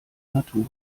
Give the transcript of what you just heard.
natur